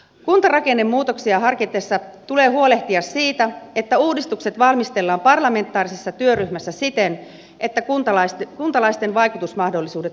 kuntarakennemuutoksia harkitessa tulee huolehtia siitä että uudistukset valmistellaan parlamentaarisessa työryhmässä siten että kuntalaisten vaikutusmahdollisuudet turvataan